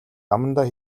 амандаа